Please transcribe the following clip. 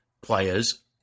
players